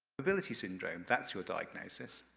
hypermobility syndrome. that's your diagnosis.